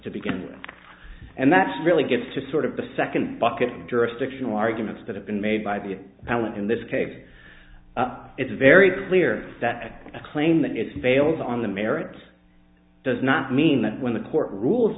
to begin and that's really gets to sort of the second bucket jurisdictional arguments that have been made by the ballot in this case it's very clear that a claim that it's failed on the merits does not mean that when the court rules